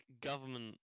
government